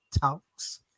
talks